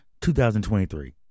2023